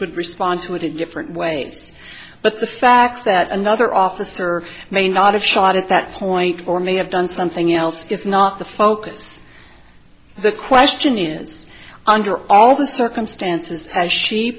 could respond to it in different ways but the fact that another officer may not have shot at that point or may have done something else is not the focus the question is under all the circumstances as she